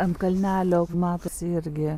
ant kalnelio matosi irgi